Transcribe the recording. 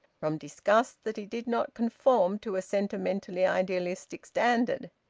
from disgust that he did not conform to a sentimentally idealistic standard!